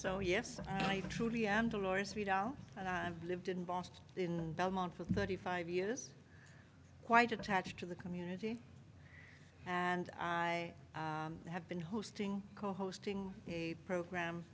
so yes i truly am and i lived in boston in belmont for thirty five years quite attached to the community and i have been hosting co hosting a program